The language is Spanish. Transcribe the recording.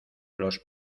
los